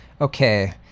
okay